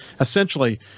essentially